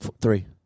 Three